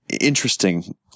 interesting